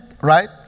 right